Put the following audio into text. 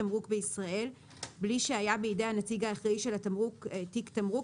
תמרוק בישראל בלי שהיה בידי הנציג האחראי של התמרוק תיק תמרוק,